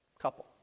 couple